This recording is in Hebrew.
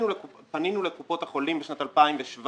בשנת 2017